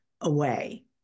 away